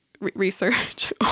research